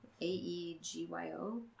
A-E-G-Y-O